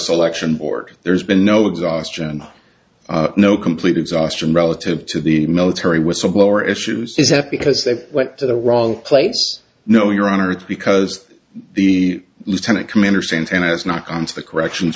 selection board there's been no exhaustion and no complete exhaustion relative to the military whistleblower issues is that because they went to the wrong place no your honor it's because the lieutenant commander santana has not gone to the corrections